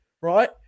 Right